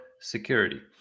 security